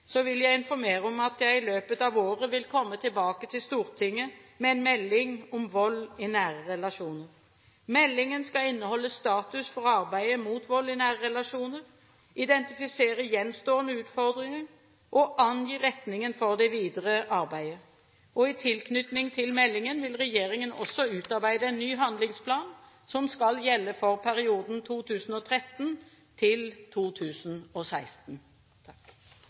vil jeg informere om at jeg i løpet av året vil komme tilbake til Stortinget med en melding om vold i nære relasjoner. Meldingen skal inneholde status for arbeidet mot vold i nære relasjoner, identifisere gjenstående utfordringer og angi retningen for det videre arbeidet. I tilknytning til meldingen vil regjeringen også utarbeide en ny handlingsplan, som skal gjelde for perioden